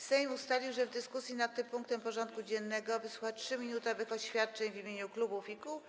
Sejm ustalił, że w dyskusji nad tym punktem porządku dziennego wysłucha 3-minutowych oświadczeń w imieniu klubów i kół.